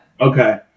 Okay